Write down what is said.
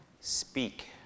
speak